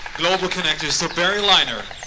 global connectors, so, barry leiner.